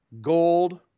gold